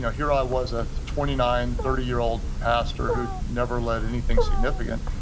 yeah here i was a twenty nine, thirty year old pastor who never led anything significant.